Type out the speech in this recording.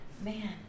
Man